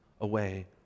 away